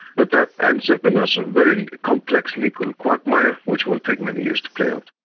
but that ends up in a so very complex legal quagmire which will take many years to play out.